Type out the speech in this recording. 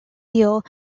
deal